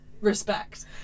Respect